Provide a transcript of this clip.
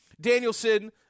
Danielson